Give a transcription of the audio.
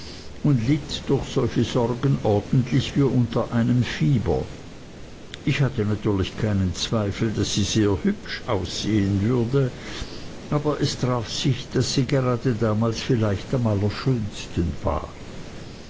und litt durch solche sorgen ordentlich wie unter einem fieber ich hatte natürlich keinen zweifel daß sie sehr hübsch aussehen würde aber es traf sich daß sie gerade damals vielleicht am allerschönsten war